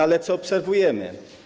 Ale co obserwujemy?